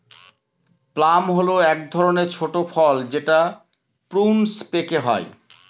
plum হল এক ধরনের ছোট ফল যেটা প্রুনস পেকে হয়